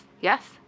Yes